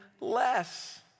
less